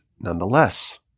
nonetheless